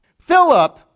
Philip